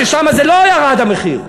ששם לא ירד המחיר.